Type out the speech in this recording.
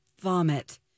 vomit